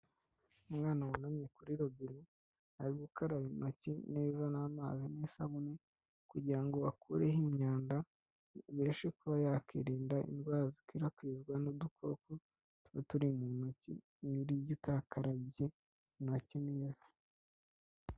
Umwana wunamye kuri robine, ari gukaraba intoki neza n'amazi n'isabune kugira akureho imyanda, bishe kuba yakwinda indwara zikwirakwizwa n'udukoko, tuba turi mu ntoki buri iyo utakarabye intoki neza.